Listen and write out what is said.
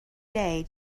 day